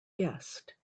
guest